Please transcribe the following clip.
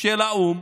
של האו"ם